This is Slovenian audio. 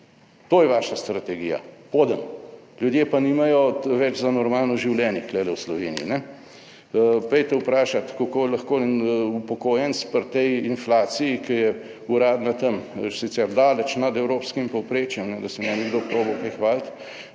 To je vaša strategija. Podn. Ljudje pa nimajo več za normalno življenje tukaj v Sloveniji. Pojdite vprašati, kako lahko en upokojenec pri tej inflaciji, ki je uradna tam, sicer daleč nad evropskim povprečjem, da se ne bi kdo probal kaj hvaliti,